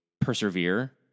persevere